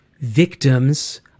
victims